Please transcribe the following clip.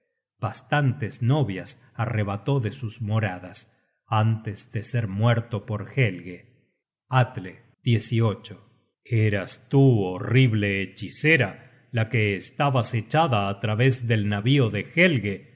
bastantes novias arrebató de sus moradas antes de ser muerto por helge atle eras tú horrible hechicera la que esta no se debe confundir este atle con otros de que